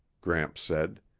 gramps said.